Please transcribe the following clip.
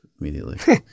immediately